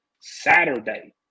Saturday